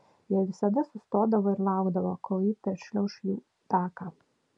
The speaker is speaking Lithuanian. jie visada sustodavo ir laukdavo kol ji peršliauš jų taką